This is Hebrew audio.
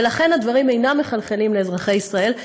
ולכן הדברים אינם מחלחלים לאזרחי ישראל.